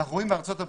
בארצות הברית,